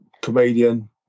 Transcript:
comedian